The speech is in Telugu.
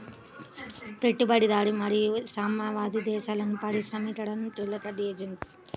పెట్టుబడిదారీ మరియు సామ్యవాద దేశాలలో పారిశ్రామికీకరణకు కీలక ఏజెంట్లు